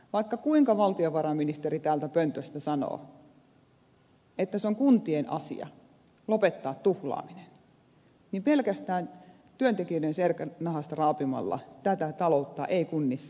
vaikka kuinka valtiovarainministeri täältä pöntöstä sanoo että se on kuntien asia lopettaa tuhlaaminen niin pelkästään työntekijöiden selkänahasta raapimalla tätä taloutta ei kunnissa kuntoon laiteta